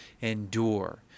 endure